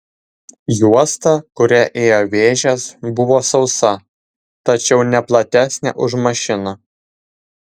juosta kuria ėjo vėžės buvo sausa tačiau ne platesnė už mašiną